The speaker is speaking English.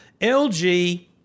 LG